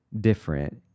different